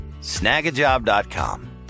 Snagajob.com